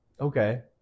Okay